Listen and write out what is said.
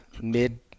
Mid